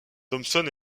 thomson